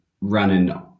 running